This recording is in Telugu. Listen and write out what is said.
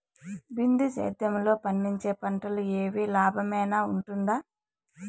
బిందు సేద్యము లో పండించే పంటలు ఏవి లాభమేనా వుంటుంది?